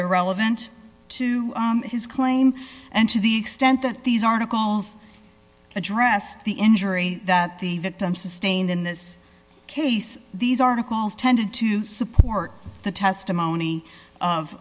irrelevant to his claim and to the extent that these articles addressed the injury that the victim sustained in this case these articles tended to support the testimony of